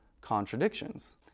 contradictions